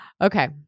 Okay